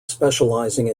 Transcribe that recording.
specializing